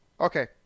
okay